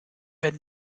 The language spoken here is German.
wenn